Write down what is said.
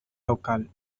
local